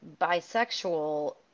bisexual